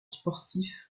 sportif